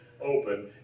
open